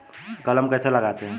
कलम कैसे लगाते हैं?